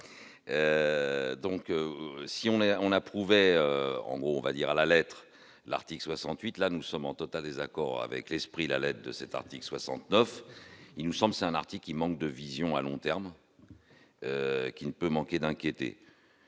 on a, on a prouvé, en gros, on va dire à la lettre l'article 68, là nous sommes en total désaccord avec l'esprit, la lettre de cet article 69, il nous sommes c'est un article qui manque de vision à long terme qui ne peut manquer d'inquiéter.